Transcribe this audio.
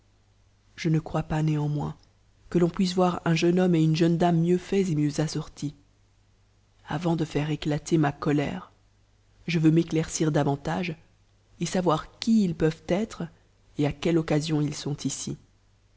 je ne crois pas néanmoins que l'on puisse voir un jeune homme et une jeune dame mieux faits et mieux assortis avant de faire éclater ma colère je veux m'éctaircir davantage et savoir qui ils peuvent être et à quelle occasion ils sont ici